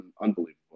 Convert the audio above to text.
unbelievable